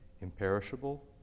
imperishable